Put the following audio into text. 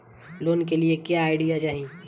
Loan के लिए क्या आई.डी चाही?